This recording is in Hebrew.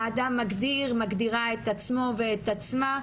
האדם מגדיר ומגדירה את עצמו ואת עצמה,